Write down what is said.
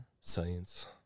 science